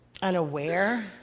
unaware